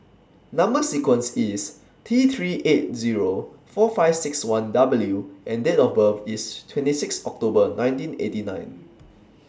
Number sequence IS T three eight Zero four five six one W and Date of birth IS twenty six October nineteen eighty nine